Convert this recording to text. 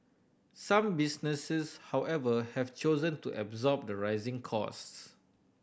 some businesses however have chosen to absorb the rising costs